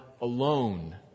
alone